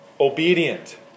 Obedient